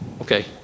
Okay